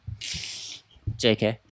jk